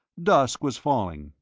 dusk was falling,